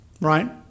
right